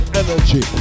energy